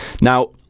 now